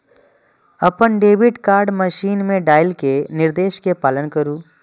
अपन debit card machine मे डालि कें निर्देश के पालन करु